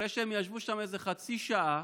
אחרי שהם ישבו איזה חצי שעה,